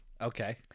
Okay